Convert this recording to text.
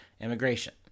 immigration